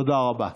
תודה רבה.